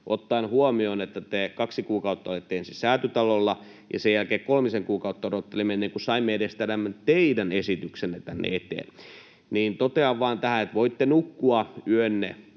ottaen huomioon, että te kaksi kuukautta olitte ensin Säätytalolla ja sen jälkeen kolmisen kuukautta odottelimme, ennen kuin saimme edes tämän teidän esityksenne tänne eteen. Totean vain tähän, että voitte nukkua yönne